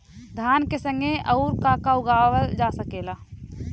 धान के संगे आऊर का का उगावल जा सकेला?